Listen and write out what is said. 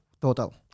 Total